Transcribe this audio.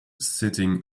sitting